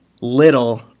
little